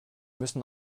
müssen